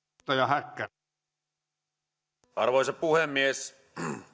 arvoisa puhemies